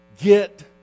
get